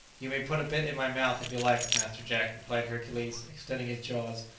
you may put a bit in my mouth if you like, master jack, replied hercules, extending his jaws,